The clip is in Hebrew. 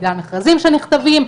בגלל המכרזים שנכתבים,